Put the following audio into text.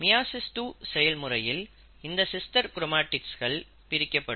meiosis 2 செயல்முறையில் இந்த sister கிரோமடிட்ஸ்கள் பிரிக்கப்படும்